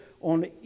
on